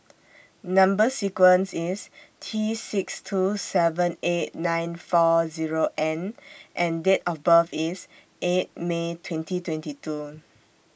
Number sequence IS T six two seven eight nine four Zero N and Date of birth IS eight May twenty twenty two